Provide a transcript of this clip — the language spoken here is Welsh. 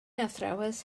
athrawes